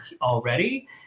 already